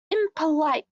impolite